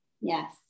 Yes